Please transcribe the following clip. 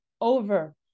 over